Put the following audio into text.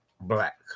black